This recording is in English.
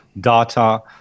data